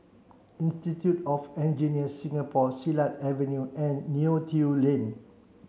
Institute of Engineers Singapore Silat Avenue and Neo Tiew Lane